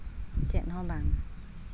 ᱪᱮᱫ ᱦᱚᱸ ᱵᱟᱝ